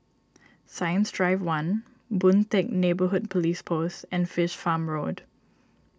Science Drive one Boon Teck Neighbourhood Police Post and Fish Farm Road